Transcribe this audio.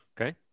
okay